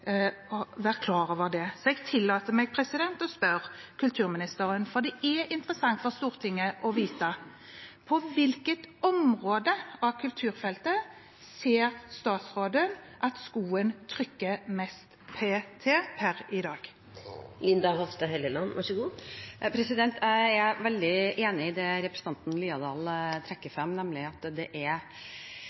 være klar over det. Så jeg tillater meg å spørre kulturministeren, for det er interessant for Stortinget å vite dette: På hvilket område av kulturfeltet ser statsråden at skoen trykker mest per i dag? Jeg er veldig enig i det representanten Haukeland Liadal trekker frem, nemlig at det